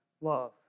love